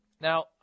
now